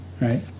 right